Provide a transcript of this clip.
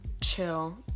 chill